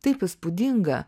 taip įspūdinga